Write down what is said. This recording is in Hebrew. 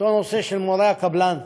נושא מורי הקבלן,